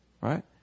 right